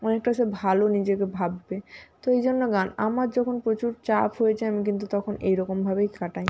অনেকটা সে ভালো নিজেকে ভাববে তো এই জন্য গান আমার যখন প্রচুর চাপ হয়ে যায় আমি কিন্তু তখন এই রকমভাবেই কাটাই